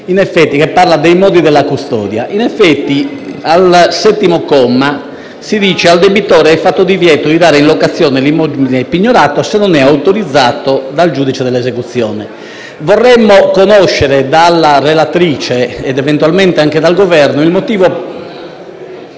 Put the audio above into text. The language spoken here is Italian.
in tema di modi della custodia. Al settimo comma dell'emendamento si dice che «Al debitore è fatto divieto di dare in locazione l'immobile pignorato se non è autorizzato dal giudice dell'esecuzione». Vorremmo conoscere dalla relatrice, ed eventualmente anche dal Governo, il motivo